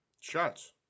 Shots